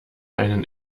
einen